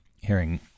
hearing